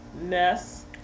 Ness